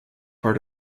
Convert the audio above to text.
part